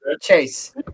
Chase